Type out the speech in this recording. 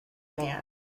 man